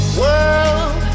world